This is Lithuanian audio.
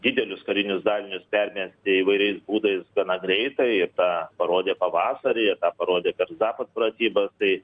didelius karinius dalinius permesti įvairiais būdais gana greitai ir tą parodė pavasarį ir tą parodė per zapat pratybas tai